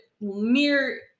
mere